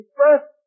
first